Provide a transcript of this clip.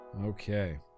Okay